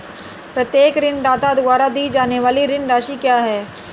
प्रत्येक ऋणदाता द्वारा दी जाने वाली ऋण राशि क्या है?